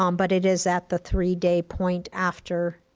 um but it is at the three day point after